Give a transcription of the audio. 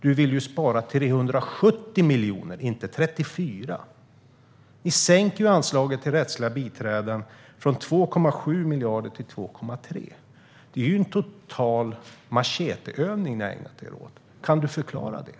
Ni vill spara 370 miljoner, inte 34 miljoner. Ni sänker ju anslaget till rättsliga biträden från 2,7 miljarder till 2,3 miljarder. Det är en total macheteövning ni har ägnat er åt. Kan du förklara det?